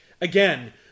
again